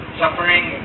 suffering